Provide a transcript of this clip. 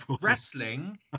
wrestling